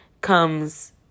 comes